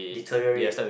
deterial rate